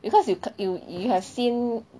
because you you you have seen